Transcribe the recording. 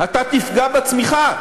אתה תפגע בצמיחה.